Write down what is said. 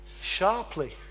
sharply